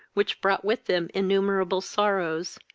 which brought with them innumerable sorrows,